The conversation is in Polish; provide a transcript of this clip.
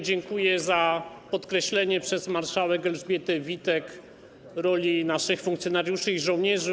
Dziękuję za podkreślenie przez marszałek Elżbietę Witek roli naszych funkcjonariuszy i żołnierzy.